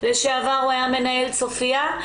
לשעבר הוא היה מנהל צופיה,